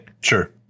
Sure